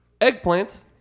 eggplants